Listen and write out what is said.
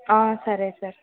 సరే సర్